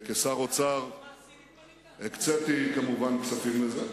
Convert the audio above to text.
כשר האוצר הקציתי כמובן כספים לזה.